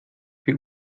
wie